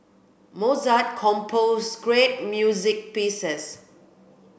Mozart composed great music pieces